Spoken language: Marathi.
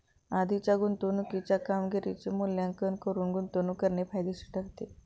आधीच्या गुंतवणुकीच्या कामगिरीचे मूल्यमापन करून गुंतवणूक करणे फायदेशीर ठरते